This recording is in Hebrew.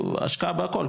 השקעה בהכל,